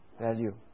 value